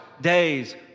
days